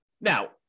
Now